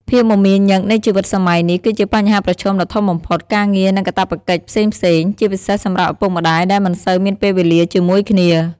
ភាពមមាញឹកនៃជីវិតសម័យនេះគឺជាបញ្ហាប្រឈមដ៏ធំបំផុត ការងារ និងកាតព្វកិច្ចផ្សេងៗ ជាពិសេសសម្រាប់ឪពុកម្ដាយដែលមិនសូវមានពេលវេលាជាមួយគ្នា ។